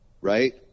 right